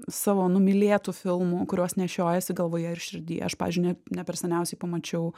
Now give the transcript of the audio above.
savo numylėtų filmų kuriuos nešiojiesi galvoje ir širdyje aš pavyzdžiui ne ne per seniausiai pamačiau